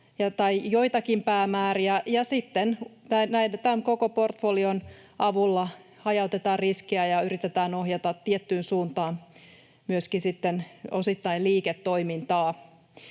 tai joitakin päämääriä, ja sitten tämän koko port-folion avulla hajautetaan riskiä ja yritetään ohjata tiettyyn suuntaan myöskin sitten osittain liiketoimintaa.